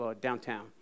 downtown